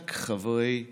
רק חברי אופוזיציה.